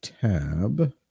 tab